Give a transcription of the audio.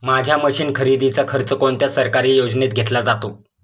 माझ्या मशीन खरेदीचा खर्च कोणत्या सरकारी योजनेत घेतला जातो?